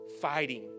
fighting